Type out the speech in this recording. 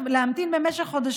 בשמות חברי הכנסת.